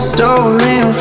Stolen